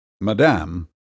Madame